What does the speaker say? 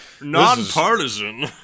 Nonpartisan